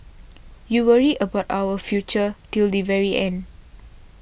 you worry about our future till the very end